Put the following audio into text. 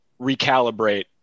recalibrate